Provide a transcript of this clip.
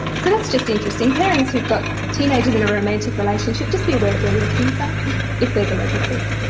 so that's just interesting, parents who have got teenagers in a romantic relationship, just be aware of where your keys are if there is a local creek.